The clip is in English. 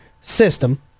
system—